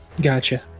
Gotcha